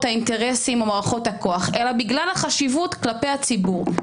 האינטרסים או מערכות הכוח אלא בגלל החשיבות כלפי הציבור.